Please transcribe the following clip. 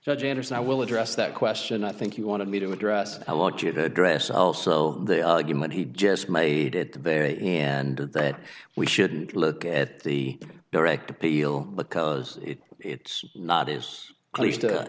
judge anderson i will address that question i think you wanted me to address i want you to address also the argument he just made it very and that we shouldn't look at the direct appeal because it's not as close to